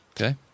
Okay